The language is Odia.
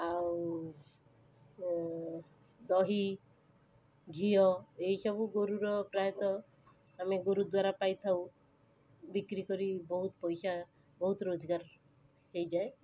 ଆଉ ଦହି ଘିଅ ଏହିସବୁ ଗୋରୁର ପ୍ରାୟତଃ ଆମେ ଗୋରୁଦ୍ଵାରା ପାଇଥାଉ ବିକ୍ରିକରି ବହୁତ ପଇସା ବହୁତ ରୋଜଗାର ହେଇଯାଏ